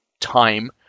time